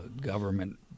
government